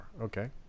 Okay